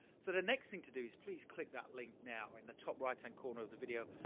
so the next thing to do is please click that link now in the top right-hand corner of the video,